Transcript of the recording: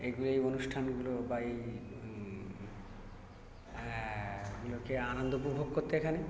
এইগুলো এই অনুষ্ঠানগুলো বা এই এইগুলোকে আনন্দ উপভোগ করতে এখানে